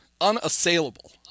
unassailable